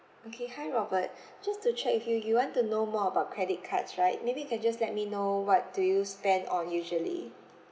okay hi robert just to check with you you want to know more about credit cards right maybe you can just let me know what do you spend on usually